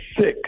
sick